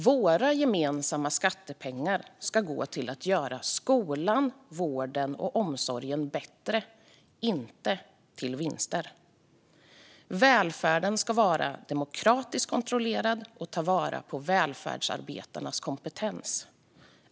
Våra gemensamma skattepengar ska gå till att göra skolan, vården och omsorgen bättre, inte till vinster. Välfärden ska vara demokratiskt kontrollerad och ta vara på välfärdsarbetarnas kompetens.